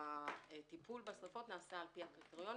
הטיפול בשריפות נעשה לפי הקריטריונים.